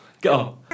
Go